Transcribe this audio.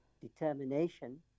determination